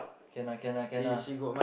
can lah can lah can lah